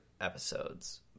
episodes